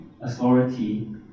authority